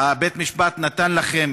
בית-המשפט נתן לכם,